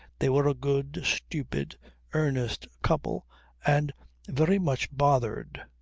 they were a good, stupid earnest couple and very much bothered.